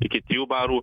iki trijų barų